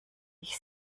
ich